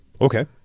Okay